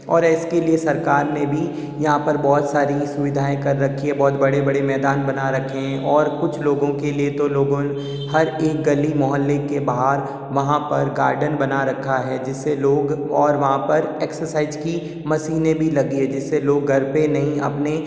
और इसके लिए सरकार ने भी यहाँ पर बहुत सारी सुविधाएं कर रखी हैं बहुत बड़े बड़े मैदान बना रखें हैं और कुछ लोगों के लिए तो लोगों हर एक गली मोहल्ले के बाहर वहाँ पर गार्डन बना रखा है जिसे लोग और वहाँ पर एक्सरसाइज़ की मशीनें भी लगी हैं जिससे लोग घर पर नहीं अपने